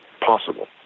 possible